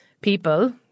people